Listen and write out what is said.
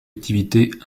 activité